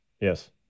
Yes